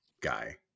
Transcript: guy